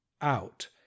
out